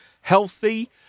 healthy